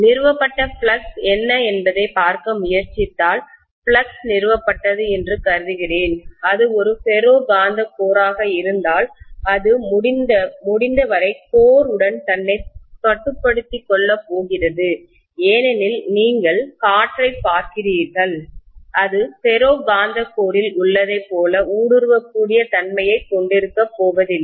நிறுவப்பட்ட ஃப்ளக்ஸ் என்ன என்பதைப் பார்க்க முயற்சித்தால் ஃப்ளக்ஸ் நிறுவப்பட்டது என்று கருதுகிறேன் அது ஒரு ஃபெரோ காந்த கோர் ஆக இருந்தால் அது முடிந்தவரை கோர் உடன் தன்னை கட்டுப்படுத்திக் கொள்ளப் போகிறது ஏனெனில் நீங்கள் காற்றைப் பார்க்கிறீர்கள் இது ஃபெரோ காந்த கோரில் உள்ளதைப் போல ஊடுருவக்கூடிய தன்மையைக் கொண்டிருக்கப்போவதில்லை